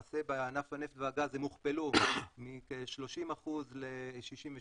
בענף הנפט והגז למעשה הם הוכפלו מכ-30% לעד